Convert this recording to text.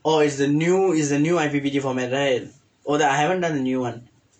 oh is the new is the new I_P_P_T format right oh I haven't done the new [one]